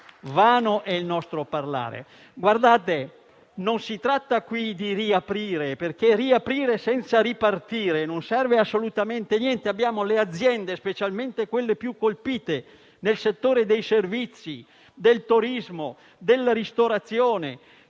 vano è il nostro parlare. Non si tratta qui di riaprire, perché farlo senza ripartire non serve assolutamente a niente. Le aziende, specialmente quelle più colpite, nel settore dei servizi, del turismo e della ristorazione,